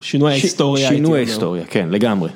שינוי ההיסטוריה, שינוי ההיסטוריה כן, לגמרי.